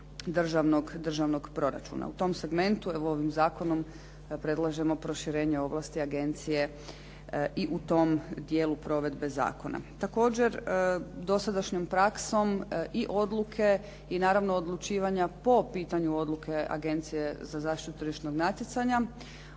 državnog proračuna. U tom segmentu, evo ovim zakonom predlažemo proširenje ovlasti agencije i u tom dijelu provedbe zakona. Također, dosadašnjom praksom i odluke i naravno odlučivanja po pitanju odluke Agencije za zaštitu tržišnog natjecanja